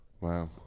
Wow